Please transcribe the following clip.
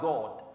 God